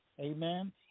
Amen